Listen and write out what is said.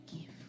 give